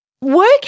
work